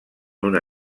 una